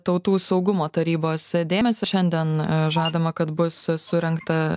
tautų saugumo tarybos dėmesio šiandien žadama kad bus surengta